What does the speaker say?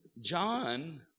John